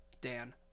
Dan